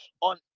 on